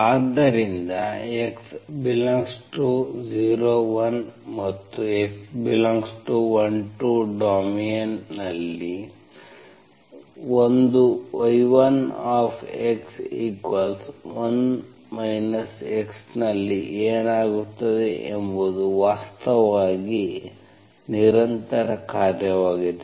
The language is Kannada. ಆದ್ದರಿಂದ x∈01 ಮತ್ತು x∈12 ಡೊಮೇನ್ನಲ್ಲಿ 1 y1x1 x ನಲ್ಲಿ ಏನಾಗುತ್ತದೆ ಎಂಬುದು ವಾಸ್ತವವಾಗಿ ನಿರಂತರ ಕಾರ್ಯವಾಗಿದೆ